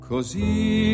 Così